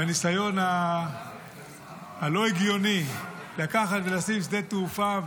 בניסיון הלא-הגיוני לקחת ולשים שדה תעופה,